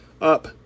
...up